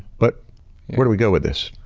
but where do we go with this?